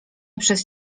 przez